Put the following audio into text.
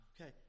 okay